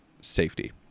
safety